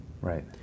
Right